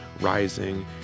rising